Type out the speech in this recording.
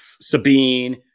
Sabine